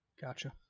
Gotcha